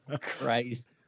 Christ